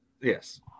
Yes